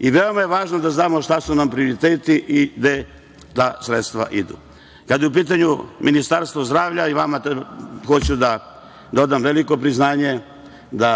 Veoma je važno da znamo šta su nam prioriteti i gde ta sredstva idu. Kada je u pitanju Ministarstvo zdravlja i vama hoću da odam veliko priznanje da